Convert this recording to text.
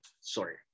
Sorry